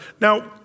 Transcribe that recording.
Now